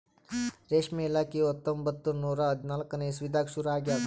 ರೇಷ್ಮೆ ಇಲಾಖೆಯು ಹತ್ತೊಂಬತ್ತು ನೂರಾ ಹದಿನಾಲ್ಕನೇ ಇಸ್ವಿದಾಗ ಶುರು ಆಗ್ಯದ್